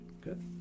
Good